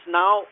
now